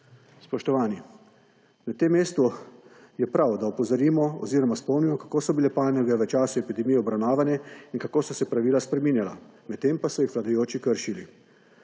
Spoštovani! Na tem mestu je prav, da opozorimo oziroma spomnimo, kako so bile panoge v času epidemije obravnavane in kako so se pravila spreminjala, medtem pa so jih vladajoči kršili.